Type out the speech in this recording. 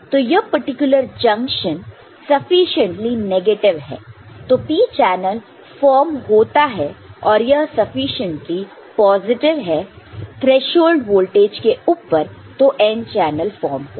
तो यह particular junction sufficiently negative नहीं है तो p चैनल फॉर्म होता है और यह सफिशिएंटली पॉजिटिव है थ्रेशोल्ड वोल्टेज के ऊपर तो n चैनल फॉर्म होगा